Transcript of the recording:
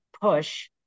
push